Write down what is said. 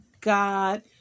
God